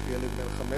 יש לי ילד בן חמש,